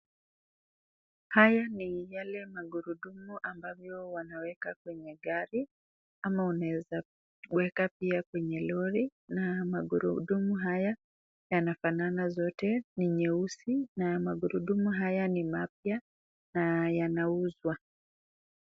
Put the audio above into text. Haya ni yale magurudumu ambavyo wanaweka kwenye gari ama unaweza weka pia kwenye lori. na magurudumu haya yanafanana zote; ni nyeusi na magurudumu haya ni mapya na yanauzwa.